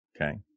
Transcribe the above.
Okay